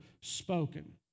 spoken